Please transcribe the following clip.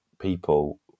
people